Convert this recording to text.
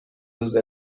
روز